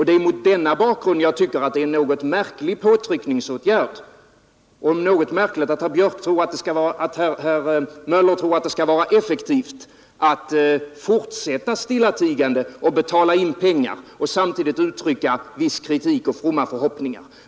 Det är mot denna bakgrund jag tycker att det är en något märklig påtryckningsåtgärd när herr Möller tror att det skall vara effektivt att stillatigande fortsätta att betala in pengar och samtidigt uttrycka viss kritik och fromma förhoppningar.